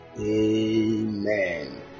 Amen